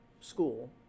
school